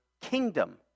kingdom